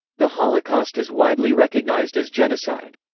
the holocaust is widely recognized as genocide.